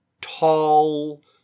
tall